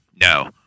No